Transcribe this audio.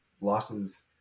losses